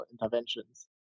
interventions